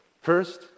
First